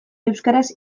euskaraz